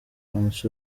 françois